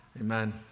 Amen